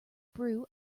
brew